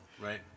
right